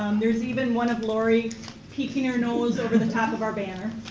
um there's even one of lori peeking her nose over the top of our banner.